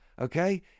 okay